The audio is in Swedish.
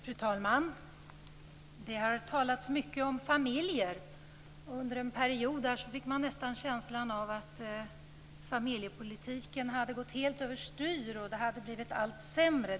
Fru talman! Det har talats mycket om familjer. Under en period fick man nästan känslan av att familjepolitiken helt hade gått över styr och att det hade blivit allt sämre.